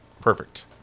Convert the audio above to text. perfect